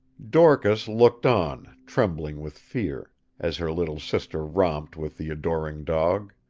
dorcas looked on, trembling with fear as her little sister romped with the adoring dog.